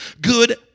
good